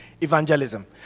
evangelism